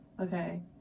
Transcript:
okay